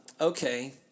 okay